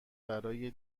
برای